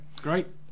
Great